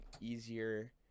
easier